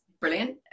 Brilliant